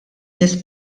nies